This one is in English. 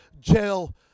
jail